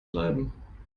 bleiben